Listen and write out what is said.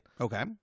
Okay